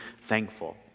thankful